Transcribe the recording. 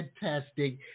fantastic